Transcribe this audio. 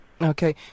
Okay